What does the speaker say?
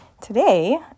Today